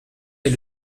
est